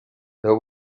there